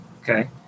Okay